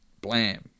blam